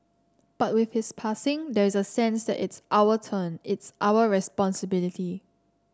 but with his passing there's a sense that it's our turn it's our responsibility